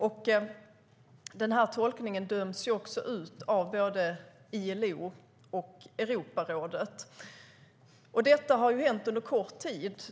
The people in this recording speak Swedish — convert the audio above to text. Denna tolkning döms också ut av både International Labour Organization, ILO, och Europarådet. Detta har hänt under kort tid.